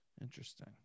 Interesting